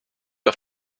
auf